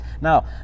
now